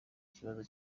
ikibazo